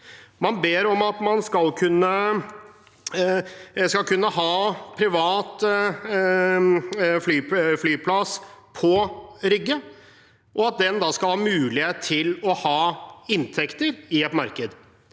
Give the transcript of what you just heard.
Man ber om at man skal kunne ha privat flyplass på Rygge, og at den skal ha mulighet til å ha inntekter i et marked.